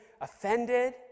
offended